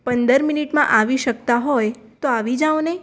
પંદર મિનિટમાં આવી શકતા હોય તો આવી જાઓને